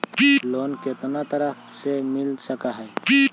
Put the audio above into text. Loan कितना तरह से मिल सक है?